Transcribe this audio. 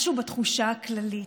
משהו בתחושה הכללית.